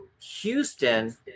Houston